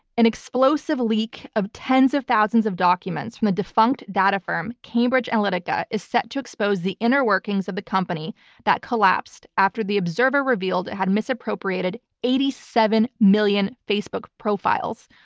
an explosive leak of tens of thousands of documents from a defunct data firm, cambridge analytica, is set to expose the inner workings of the company that collapsed after the observer revealed it had misappropriated eighty seven million facebook profiles.